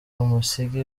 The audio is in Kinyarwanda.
umusingi